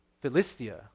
Philistia